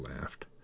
laughed